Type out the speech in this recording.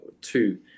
two